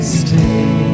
stay